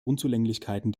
unzulänglichkeiten